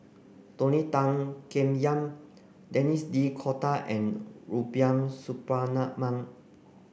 Tony Tan Keng Yam Denis D Cotta and Rubiah Suparman